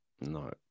No